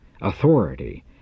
authority